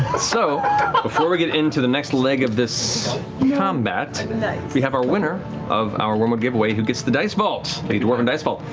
so before we get into the next leg of this combat, we have our winner of our wyrmwood giveaway who gets the dice vault, the dwarven dice vault.